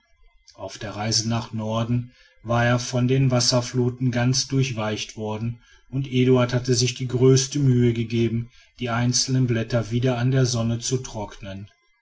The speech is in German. auf der reise nach norden war er von den wasserfluten ganz durchweicht worden und eduard hatte sich die größte mühe gegeben die einzelnen blätter wieder an der sonne zu trocknen